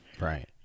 Right